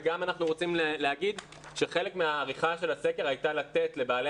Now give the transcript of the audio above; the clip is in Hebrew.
וגם אנחנו רוצים להגיד שחלק מהעריכה של הסקר הייתה לתת לבעלי